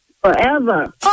forever